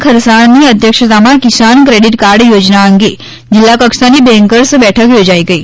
ખરસાણની અધ્યક્ષતામાં Kisan credit card યોજના અંગે જીલ્લાકક્ષાની બેન્કર્સ બેઠક યોજાઇ ગઇ